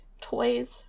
toys